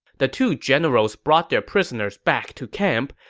the two generals brought their prisoners back to camp,